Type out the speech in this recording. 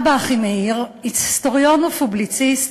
אבא אחימאיר, היסטוריון ופובליציסט,